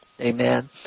Amen